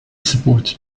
supports